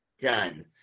Done